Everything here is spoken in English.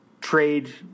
trade